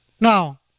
now